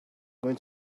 going